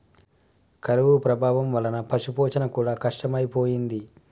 కరువు ప్రభావం వలన పశుపోషణ కూడా కష్టమైపోయింది